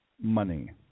money